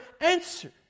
answer